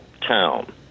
town